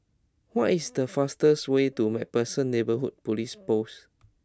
what is the fastest way to MacPherson Neighbourhood Police Post